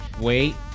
wait